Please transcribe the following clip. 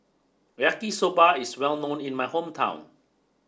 Yaki Soba is well known in my hometown